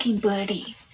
birdie